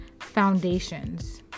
foundations